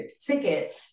ticket